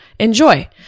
enjoy